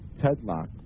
Tedlock